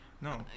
No